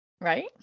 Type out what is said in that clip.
Right